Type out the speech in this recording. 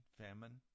famine